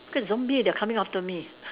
because zombie they're coming after me